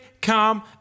come